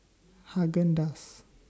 Haagen Dazs